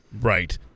Right